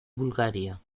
bulgaria